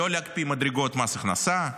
לא להקפיא מדרגות מס הכנסה,